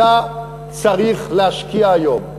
אתה צריך להשקיע היום.